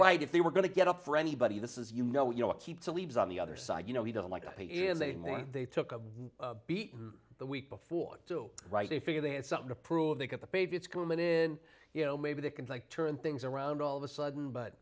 mean if they were going to get up for anybody this is you know you know it keeps the leaves on the other side you know he doesn't like the p s a and then they took a beating the week before too right they figure they had something to prove they got the baby its commitment in you know maybe they could like turn things around all of a sudden but